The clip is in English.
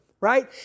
right